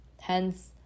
hence